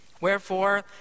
Wherefore